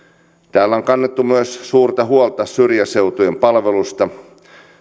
täällä on kannettu myös suurta huolta syrjäseutujen palveluista